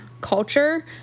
culture